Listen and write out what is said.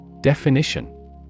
Definition